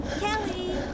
Kelly